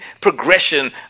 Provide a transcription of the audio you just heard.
progression